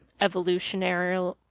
evolutionary